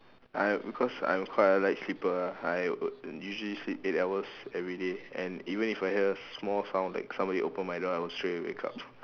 I because I'm quite a light sleeper ah I usually sleep eight hours every day and even if I hear small sound like somebody open my door I will straightaway wake up